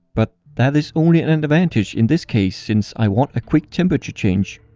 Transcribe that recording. but that is only an and advantage in this case since i want a quick temperature change.